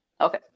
Okay